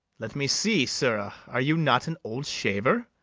let me see, sirrah are you not an old shaver?